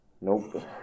Nope